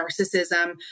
narcissism